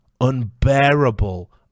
unbearable